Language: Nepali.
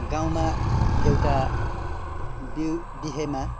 गाउँमा एउटा बिउ बिहेमा